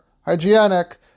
hygienic